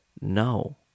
No